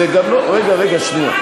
אדוני השר,